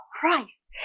Christ